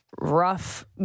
rough